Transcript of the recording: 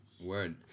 Word